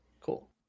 Cool